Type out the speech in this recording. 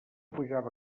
pujava